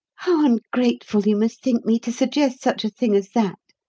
how ungrateful you must think me, to suggest such a thing as that,